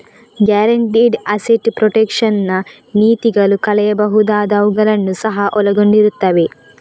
guaranteed asset protection ನ ನೀತಿಗಳು ಕಳೆಯಬಹುದಾದವುಗಳನ್ನು ಸಹ ಒಳಗೊಂಡಿರುತ್ತವೆ